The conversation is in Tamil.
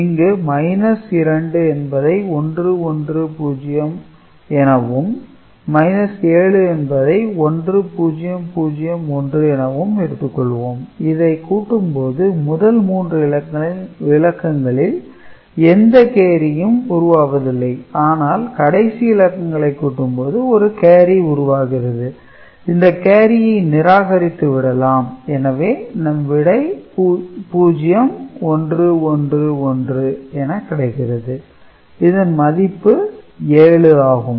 இங்கு 2 என்பதை 1110 எனவும் 7 என்பதை 1001 எனவும் எடுத்துக் கொள்வோம் இதை கூட்டும்போது முதல் மூன்று இலக்கங்களில் எந்த கேரியும் உருவாவதில்லை ஆனால் கடைசி இலக்கங்களை கூட்டும் போது ஒரு காரி உருவாகிறது இந்த கேரியை நிராகரித்து விடலாம் எனவே நம் விடை 0111 என கிடைக்கிறது இதன் மதிப்பு 7 ஆகும்